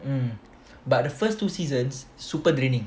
mm but the first two seasons super draining